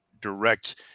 direct